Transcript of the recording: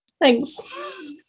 thanks